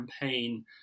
campaign